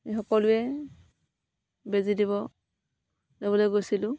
আমি সকলোৱে বেজি ল'বলৈ গৈছিলোঁ